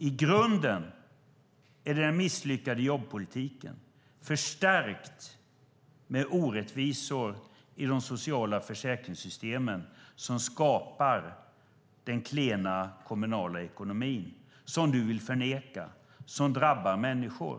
I grunden är det den misslyckade jobbpolitiken, förstärkt med orättvisor i de sociala försäkringssystemen, som skapar den klena kommunala ekonomin, som du vill förneka, som drabbar människor.